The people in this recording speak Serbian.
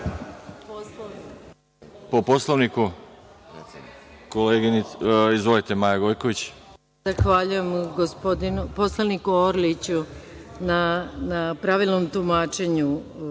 po Poslovniku. Izvolite. **Maja Gojković** Zahvaljujem poslaniku Orliću na pravilnom tumačenju